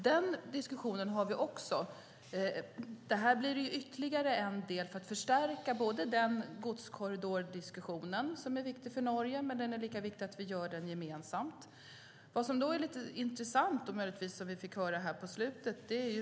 Den godskorridordiskussionen är viktig för Norge och ska förstärkas, men det är lika viktigt att vi gör det gemensamt. Vad som är lite intressant är det vi fick höra här på slutet.